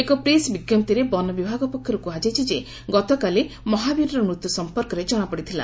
ଏକ ପ୍ରେସ୍ ବିଙ୍କପ୍ତିରେ ବନ ବିଭାଗ ପକ୍ଷରୁ କୁହାଯାଇଛି ଯେ ଗତକାଲି ମହାବୀରର ମୃତ୍ୟୁ ସଂପର୍କରେ ଜଣାପଡ଼ିଥିଲା